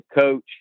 coach